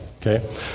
Okay